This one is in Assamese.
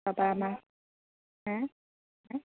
তাৰপৰা আমাৰ হে হে